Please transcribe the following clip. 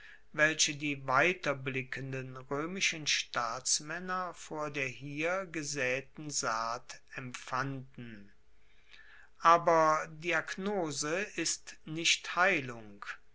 welche die weiterblickenden roemischen staatsmaenner vor der hier gesaeten saat empfanden aber diagnose ist nicht heilung